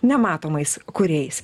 nematomais kurėjais